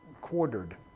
quartered